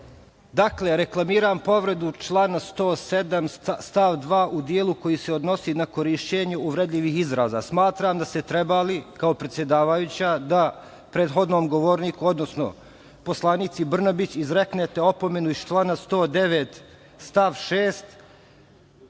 Dakle, reklamiram povredu člana 107. stav 2. u delu koji se odnosi na korišćenje uvredljivih izraza. Smatram da ste trebali kao predsedavajuća da prethodnom govorniku, odnosno poslanici Brnabić izreknete opomenu iz člana 109. stav 6.